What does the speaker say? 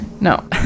no